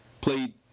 played –